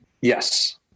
Yes